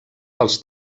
pels